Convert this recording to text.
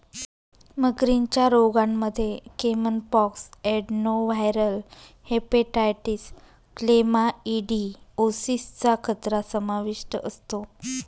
मगरींच्या रोगांमध्ये caiman pox, adenoviral hepatitis, chlamydiosis चा खतरा समाविष्ट असतो